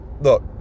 look